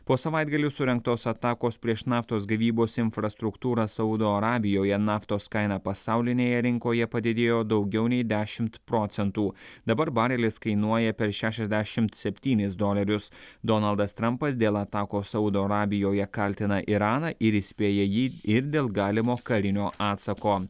po savaitgalį surengtos atakos prieš naftos gavybos infrastruktūrą saudo arabijoje naftos kaina pasaulinėje rinkoje padidėjo daugiau nei dešimt procentų dabar barelis kainuoja per šešiasdešimt septynis dolerius donaldas trampas dėl atakos saudo arabijoje kaltina iraną ir įspėja jį ir dėl galimo karinio atsako